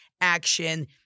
action